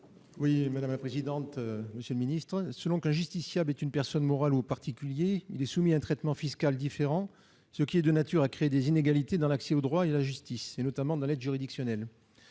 l'amendement n° 114 rectifié. Selon qu'un justiciable est une personne morale ou un particulier, il est soumis à un traitement fiscal différent, ce qui est de nature à créer des inégalités dans l'accès au droit et à la justice, notamment dans l'aide juridictionnelle.